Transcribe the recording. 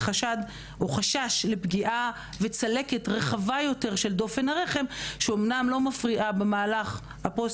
חשש לפגיעה וצלקת רחבה יותר של דופן הרחם שאמנם לא מפריעה במהלך הפוסט